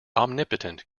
omnipotent